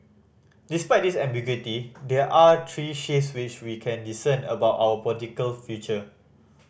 despite this ambiguity there are three shifts which we can discern about our political future